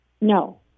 No